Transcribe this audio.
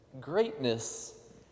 greatness